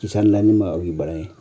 किसानलाई नै अघि बडाएँ